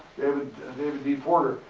david d. porter.